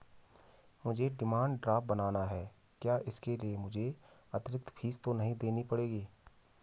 मुझे demand draft बनाना है क्या इसके लिए मुझे अतिरिक्त फीस तो नहीं देनी पड़ेगी?